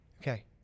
Okay